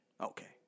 Okay